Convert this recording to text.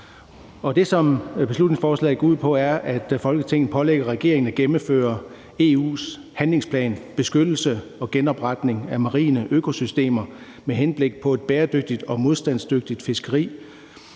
Det, som beslutningsforslaget går ud på, er, at Folketinget pålægger regeringen at gennemføre EU's handlingsplan »Beskyttelse og genopretning af marine økosystemer med henblik på et bæredygtigt og modstandsdygtigt fiskeri«,